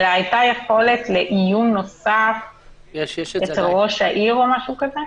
אלא היה עיון נוסף אצל ראש העיר.